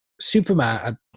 Superman